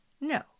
No